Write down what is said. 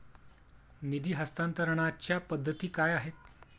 निधी हस्तांतरणाच्या पद्धती काय आहेत?